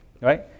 Right